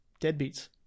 deadbeats